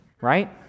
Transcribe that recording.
right